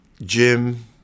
Jim